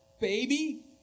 Baby